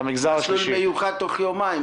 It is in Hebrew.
מסלול מיוחד תוך יומיים.